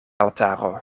altaro